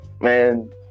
man